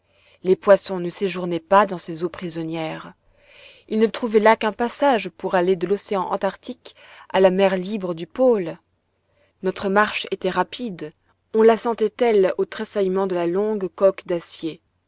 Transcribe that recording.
les poissons ne séjournaient pas dans ces eaux prisonnières ils ne trouvaient là qu'un passage pour aller de l'océan antarctique à la mer libre du pôle notre marche était rapide on la sentait telle aux tressaillements de la longue coque d'acier